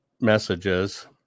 messages